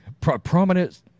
Prominent